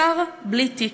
שר בלי תיק.